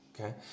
okay